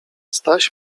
staś